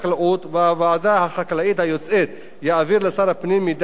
החקלאית היוצאת יעבירו לשר הפנים מידע הנוגע לעניין,